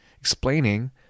explaining